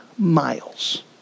Miles